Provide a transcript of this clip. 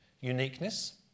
Uniqueness